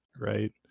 right